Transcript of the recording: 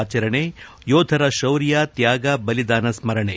ಆಚರಣೆ ಯೋಧರ ಶೌರ್ಯ ತ್ಯಾಗ ಬಲಿದಾನ ಸ್ಮರಣೆ